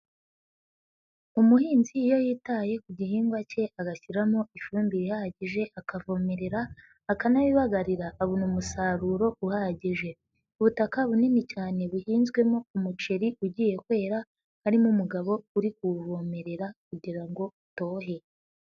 Umuhinzi iyo yitaye ku gihingwa cye agashyiramo ifumbire ihagije, akavomerera akanabibagarira abona umusaruro uhagije, ubutaka bunini cyane buhinzwemo umuceri ugiye kwera, harimo umugabo uri kuwuvomerera kugira ngo utohe.